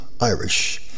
Irish